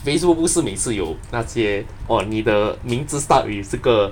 facebook 不是每次有那些 orh 你的名字 start with 这个